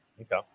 Okay